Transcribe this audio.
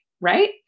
right